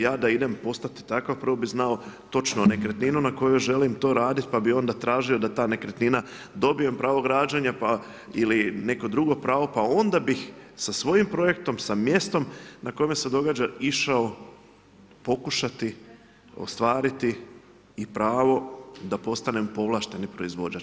Ja da idem postati takav, prvo bi znao točno nekretninu na kojoj želim to raditi pa bi onda tražio da ta nekretnina dobije pravo građenja ili neko drugo pravo, pa onda bih sa svojim projektom, sa mjestom na kome se događa išao pokušati ostaviti i pravo da postanem povlašteni proizvođač.